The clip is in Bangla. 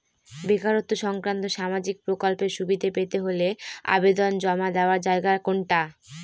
বেকারত্ব সংক্রান্ত সামাজিক প্রকল্পের সুবিধে পেতে হলে আবেদন জমা দেওয়ার জায়গা কোনটা?